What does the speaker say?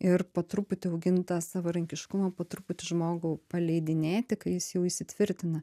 ir po truputį augint tą savarankiškumą po truputį žmogų paleidinėti kai jis jau įsitvirtina